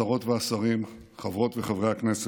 השרות והשרים, חברות וחברי הכנסת,